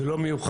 זה לא מיוחד,